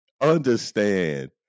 Understand